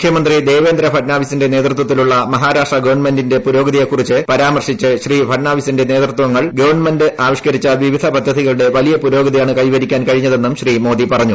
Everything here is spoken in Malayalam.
മുഖ്യമന്ത്രി ദേവേന്ദ്ര ഫഡ്നാവിന്റെ നേതൃത്വത്തിലുള്ള മഹാരാഷ്ട്ര ഗവൺമെന്റിന്റെ പുരോഗതിയെക്കുറിച്ച് പരാമർശിച്ച് ശ്രീ ഫഡ്നാവിന്റെ നേതൃത്വങ്ങൾ ഗവൺമെന്റ് ആവിഷ്കരിച്ച വിവിധ പദ്ധതികളുടെ വലിയ പുരോഗതിയാണ് കൈവരിക്കാൻ കഴിഞ്ഞതെന്നും ശ്രീ മോദി പറഞ്ഞു